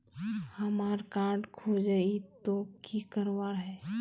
हमार कार्ड खोजेई तो की करवार है?